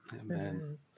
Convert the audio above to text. Amen